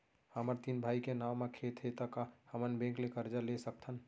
हमर तीन भाई के नाव म खेत हे त का हमन बैंक ले करजा ले सकथन?